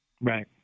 Right